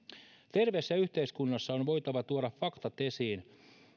terveessä yhteiskunnassa on voitava tuoda faktat esiin